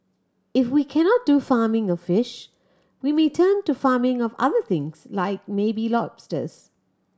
if we cannot do farming of fish we may turn to farming of other things like maybe lobsters